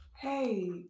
hey